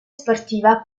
sportiva